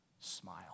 smile